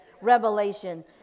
revelation